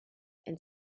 and